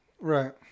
Right